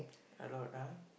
a lot ah